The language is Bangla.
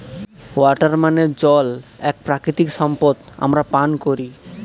ওয়াটার মানে জল এক প্রাকৃতিক সম্পদ আমরা পান করি